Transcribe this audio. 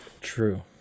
true